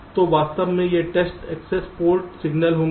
तो वास्तव में ये टेस्ट एक्सेस पोर्ट सिग्नल होंगे